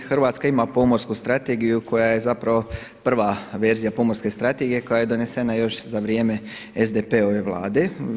Hrvatska ima Pomorsku strategiju koja je prva verzija Pomorske strategije koja je donesen još za vrijeme SDP-ove vlade.